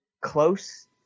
close